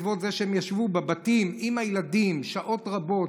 בעקבות זה שהם ישבו בבתים עם הילדים שעות רבות,